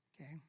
okay